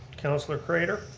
councilor craitor.